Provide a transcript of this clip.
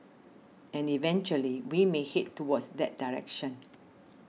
and eventually we may head towards that direction